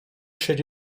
siedzi